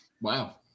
Wow